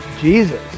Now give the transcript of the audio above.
Jesus